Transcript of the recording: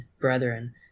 brethren